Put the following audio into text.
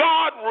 God